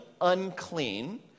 unclean